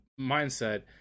mindset